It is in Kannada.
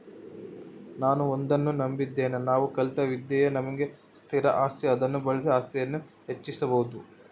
ನಾನು ಒಂದನ್ನು ನಂಬಿದ್ದೇನೆ ನಾವು ಕಲಿತ ವಿದ್ಯೆಯೇ ನಮಗೆ ಸ್ಥಿರ ಆಸ್ತಿ ಅದನ್ನು ಬಳಸಿ ಆಸ್ತಿಯನ್ನು ಹೆಚ್ಚಿಸ್ಬೋದು